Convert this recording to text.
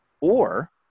Or-